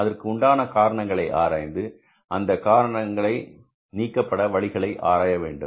அதற்கு உண்டான காரணங்களை ஆராய்ந்து அந்த காரணங்கள் நீக்கப்பட வழிகளை ஆராய வேண்டும்